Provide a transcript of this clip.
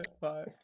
Bye